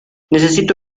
necesito